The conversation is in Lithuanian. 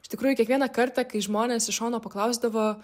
iš tikrųjų kiekvieną kartą kai žmonės iš šono paklausdavo